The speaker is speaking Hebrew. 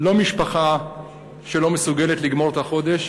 לא משפחה שלא מסוגלת לגמור את החודש,